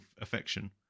affection